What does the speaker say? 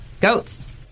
goats